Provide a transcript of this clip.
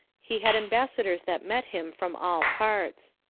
he had ambassadors that met him from all parts.